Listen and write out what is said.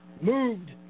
moved